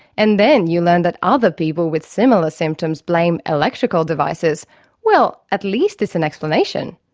and then you learn that other people with similar symptoms blame electrical devices well, at least it's an explanation?